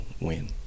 win